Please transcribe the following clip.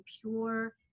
pure